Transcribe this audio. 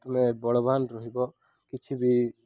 ତୁମେ ବଳବାନ ରହିବ କିଛି ବି